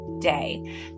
day